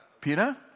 Peter